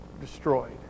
destroyed